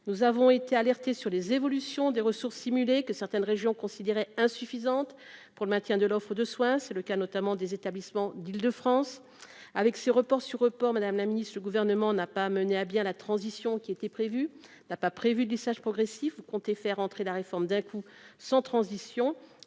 nous avons été alertés sur les évolutions des ressources simuler que certaines régions considérées insuffisantes pour le maintien de l'offre de soins, c'est le cas notamment des établissements d'Île-de-France avec ce report sur report Madame la Ministre, le gouvernement n'a pas mené à bien la transition qui était prévu, n'a pas prévu de lissage progressif, vous comptez faire entrer la réforme d'un coup, sans transition,